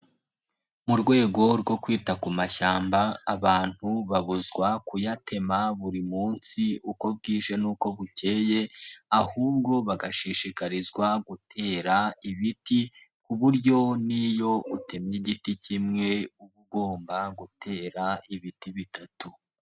Mu rwego rwo kwita kumashyamba abantu babuzwa kuyatema buri munsi uko bwije n'uko bukeye, ahubwo bagashishikarizwa gutera ibiti, ku buryo n'iyo utemye igiti kimwe uba ugomba gutera ibiti bitatu.